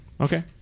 Okay